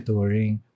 Turing